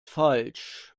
falsch